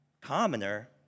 Commoner